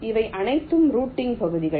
இவை அனைத்தும் ரூட்டிங் பகுதிகள்